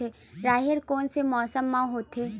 राहेर कोन से मौसम म होथे?